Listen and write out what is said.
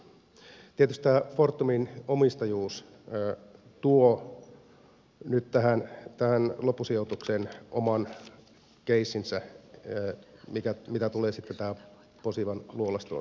tietysti tämä fortumin omistajuus tuo nyt tähän loppusijoitukseen oman keissinsä mitä tulee tähän posivan luolastoon sijoittamiseen